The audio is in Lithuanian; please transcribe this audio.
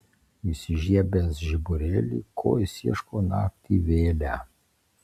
įsižiebęs žiburėlį ko jis ieško naktį vėlią